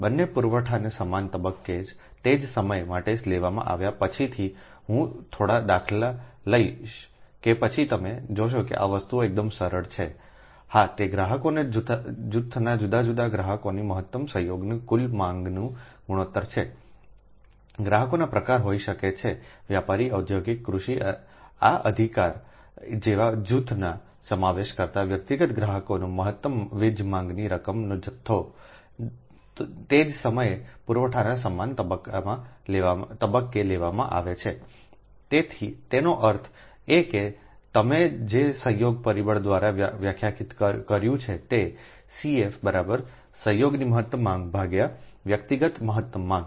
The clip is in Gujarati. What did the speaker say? બંને પુરવઠાના સમાન તબક્કે તે જ સમય માટે લેવામાં આવ્યા પછીથી હું થોડા દાખલા લઈશ કે પછી તમે જોશો આ વસ્તુઓ એકદમ સરળ છે હા તે ગ્રાહકોના જૂથના જુદા જુદા ગ્રાહકોની મહત્તમ સંયોગની કુલ માંગનું ગુણોત્તર છે ગ્રાહકોના પ્રકારનો હોઈ શકે છે વ્યાપારી ઔદ્યોગિક કૃષિ આ અધિકાર જેવા જૂથનો સમાવેશ કરતા વ્યક્તિગત ગ્રાહકોની મહત્તમ વીજ માંગની રકમનો જથ્થો તે જ સમયે પુરવઠાના સમાન તબક્કે લેવામાં આવે છેતેનો અર્થ એ કે તમે જે સંયોગ પરિબળ દ્વારા વ્યાખ્યાયિત કર્યું છે તે છે CF સંયોગનીમહત્તમમાંગવ્યક્તિગત મહત્તમ માંગ